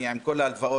עם כל ההלוואות,